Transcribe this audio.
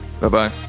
Bye-bye